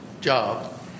job